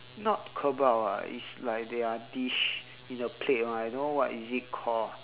not kebab ah it's like their dish in a plate one I don't know what is it call